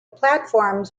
platforms